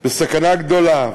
בסכנה גדולה.